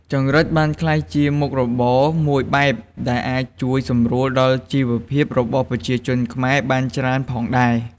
ចង្រិតបានក្លាយជាមុខរបរមួយបែបដែលអាចជួយសម្រួលដល់ជីវភាពរបស់ប្រជាជនខ្មែរបានច្រើនផងដែរ។